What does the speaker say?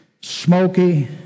smoky